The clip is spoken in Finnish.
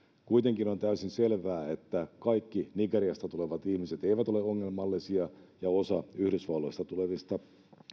kuitenkin on täysin selvää että kaikki nigeriasta tulevat ihmiset eivät ole ongelmallisia ja osa yhdysvalloista tulevista